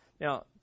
Now